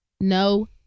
No